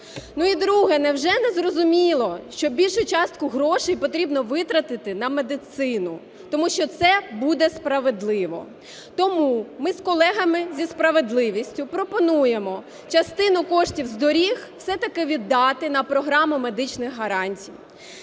І друге. Невже не зрозуміло, що більшу частку грошей потрібно витратити на медицину, тому що це буде справедливо? Тому ми з колегами, зі "Справедливістю", пропонуємо частину коштів з доріг все-таки віддати на програму медичних гарантій.